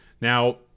Now